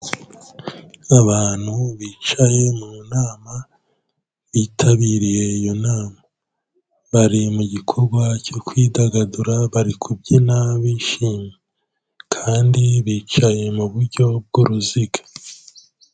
Abantu bicaye mu nama bitabiriye iyo nama, bari mu gikorwa cyo kwidagadura bari kubyina bishimye, kandi bicaye mu buryo bw'uruziga.